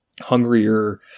hungrier